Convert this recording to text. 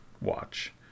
watch